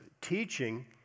teaching